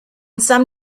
some